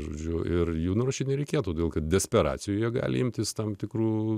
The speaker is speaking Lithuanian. žodžiu ir jų nurašyti nereikėtų dėl kad desperacijoje jie gali imtis tam tikrų